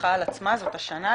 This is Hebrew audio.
לקחה על עצמה זאת השנה,